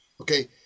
okay